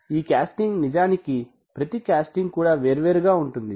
ఈ కాస్టింగ్ నిజానికి ప్రతి కాస్టింగ్ కూడా వేర్వేరుగా ఉంటుంది